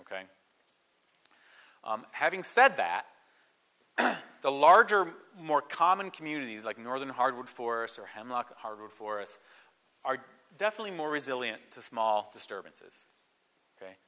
ok having said that the larger more common communities like northern hardwood floors or hemlock hardwood forests are definitely more resilient to small disturbances ok